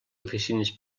oficines